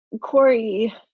Corey